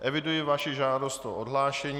Eviduji vaši žádost o odhlášení.